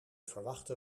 verwachte